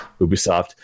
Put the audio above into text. ubisoft